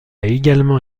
également